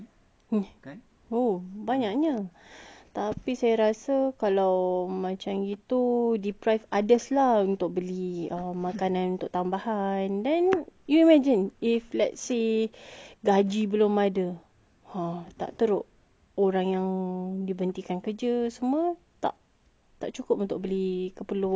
tapi saya rasa kalau macam gitu deprive others lah untuk beli makan tambahan then you imagine if let's say gaji belum ada tak teruk orang yang diberhentikan kerja semua tak tak cukup untuk beli keperluan yang sepatutnya